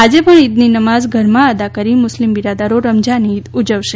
આજે પણ ઈદની નમાઝ ઘરમાં જ અદા કરીને મુસ્લિમ બિરાદરો રમઝાન ઈદ ઉજવશે